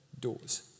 doors